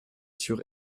sur